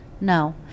no